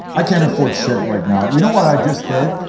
i can't afford shit right now. you know what i just did?